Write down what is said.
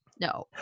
no